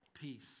peace